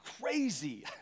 crazy